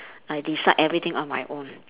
I decide everything on my own